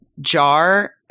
jar